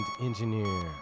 engineer